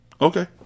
Okay